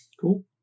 Cool